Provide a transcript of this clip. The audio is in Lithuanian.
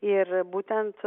ir būtent